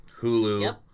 Hulu